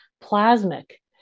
plasmic